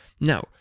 Now